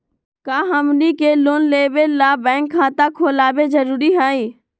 का हमनी के लोन लेबे ला बैंक खाता खोलबे जरुरी हई?